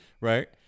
right